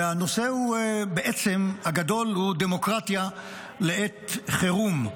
והנושא הגדול הוא: דמוקרטיה לעת חירום.